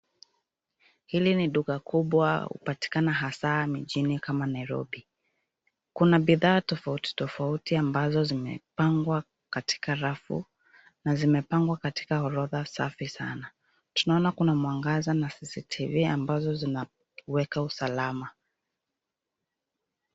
Hili ni duka kubwa, hupatikana hasa mijini kama Nairobi. Kuna bidhaa tofauti tofauti ambazo zimepangwa katika rafu na zimepangwa katika orodha safi sana. Tunaona kuna mwangaza na cctv ambazo zinaweka usalama.